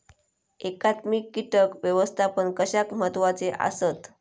एकात्मिक कीटक व्यवस्थापन कशाक महत्वाचे आसत?